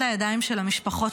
חברי הכנסת,